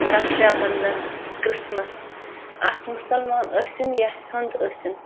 Raksha Bandhan Christmas اَکھ مُسلمان ٲسِن یا ہیوٚنٛد ٲسِن